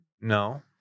No